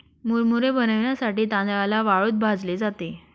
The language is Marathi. मुरमुरे बनविण्यासाठी तांदळाला वाळूत भाजले जाते